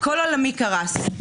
כל עולמי קרס.